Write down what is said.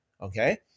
okay